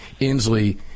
Inslee